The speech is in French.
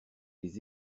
les